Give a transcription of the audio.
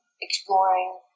exploring